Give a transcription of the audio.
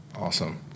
Awesome